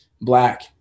black